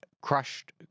crushed